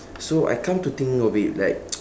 so I come to think of it like